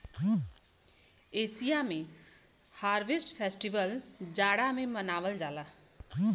Asia में harvest festival जाड़ा में मनावल जाला